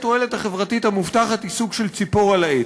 התועלת החברתית המובטחת היא סוג של ציפור על העץ.